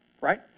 right